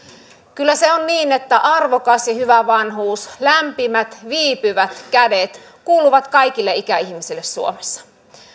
kyllä se on niin että arvokas ja hyvä vanhuus lämpimät viipyvät kädet kuuluvat kaikille ikäihmisille suomessa